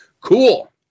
Cool